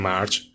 March